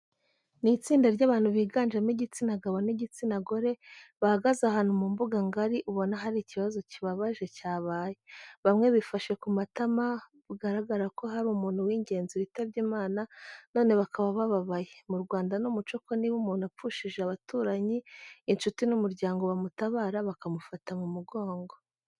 Ni itsinda ry'abantu biganjemo igitsina gabo n'igitsina gore, bahagaze ahantu mu mbuga ngari ubona ko hari ikibazo kibabaje cyabaye. Bamwe bifashe ku matama bugaragara ko hari umuntu w'ingenzi witabye Imana none bakaba bababaye. Mu Rwanda ni umuco ko niba umuntu apfushije abaturanyi, incuti n'umuryango bamutabara bakamufata mu mugongo.